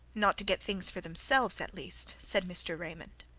not to get things for themselves, at least, said mr. raymond.